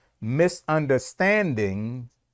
misunderstandings